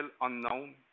unknown